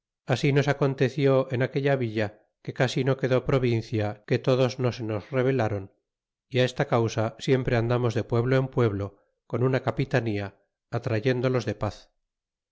ansi nos aconteció en aquella villa que casi no quedó provincia que todos no se nos rebelaron y esta causa siempre andamos de pueblo en pueblo con una capitanía atrayéndolos de paz